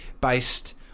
based